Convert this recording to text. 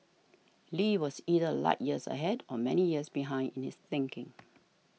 Lee was either light years ahead or many years behind in his thinking